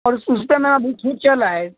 और उस उस पर मैं अभी चल रहा है